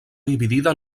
dividida